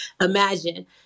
imagine